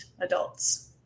adults